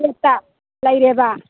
ꯒꯦꯠꯇ ꯂꯩꯔꯦꯕ